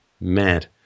mad